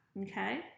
Okay